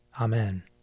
Amen